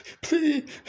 please